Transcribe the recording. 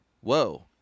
whoa